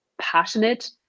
passionate